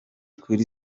kuri